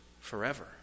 forever